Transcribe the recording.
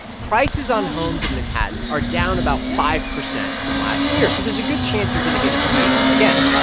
prices on homes in manhattan are down about five percent from last year. so there's a good chance you're going to get a deal, again,